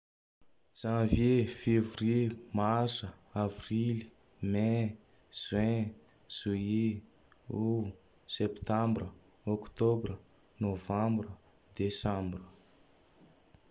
Janvier, fevrier, marsa, avrily, may, juin, joillet, août, septambra, octobra, novambra, desambra.